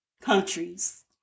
countries